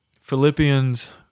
Philippians